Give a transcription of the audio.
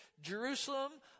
Jerusalem